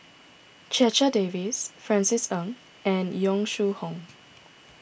Checha Davies Francis Ng and Yong Shu Hoong